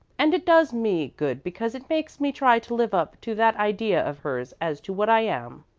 and it does me good because it makes me try to live up to that idea of hers as to what i am.